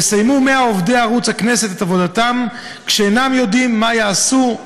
יסיימו 100 עובדי ערוץ הכנסת את עבודתם כשאינם יודעים מה יעשו,